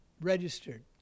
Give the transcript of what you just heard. registered